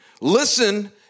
Listen